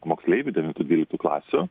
moksleivių devintų dvyliktų klasių